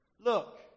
Look